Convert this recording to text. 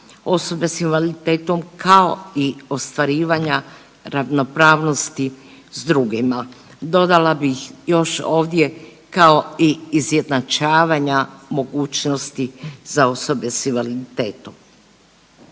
osoba s invaliditetom kao i ostvarivanja ravnopravnosti s drugima. Dodala bih još ovdje kao i izjednačavanja mogućnosti za osobe s invaliditetom.